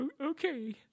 Okay